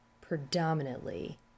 predominantly